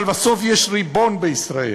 אבל בסוף יש ריבון בישראל.